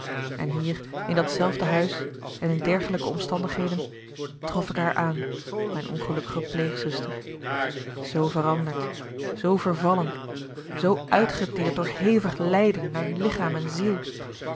en hier in dat zelfde huis en in dergelijke omstandigheden trof ik haar aan mijn ongelukkige pleegzuster zoo veranderd zoo vervallen zoo uitgeteerd door hevig lijden naar lichaam en ziel